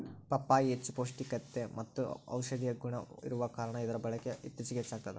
ಪಪ್ಪಾಯಿ ಹೆಚ್ಚು ಪೌಷ್ಟಿಕಮತ್ತೆ ಔಷದಿಯ ಗುಣ ಇರುವ ಕಾರಣ ಇದರ ಬಳಕೆ ಇತ್ತೀಚಿಗೆ ಹೆಚ್ಚಾಗ್ತದ